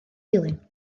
dilyn